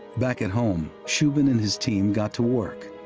back at home, shubin and his team got to work,